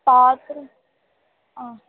पात्रं